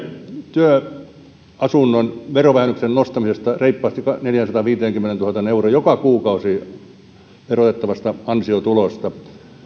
työasunnon verovähennyksen nostamisesta reippaasti neljäänsataanviiteenkymmeneen euroon joka kuukausi verotettavasta ansiotulosta